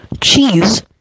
Cheese